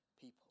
people